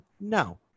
no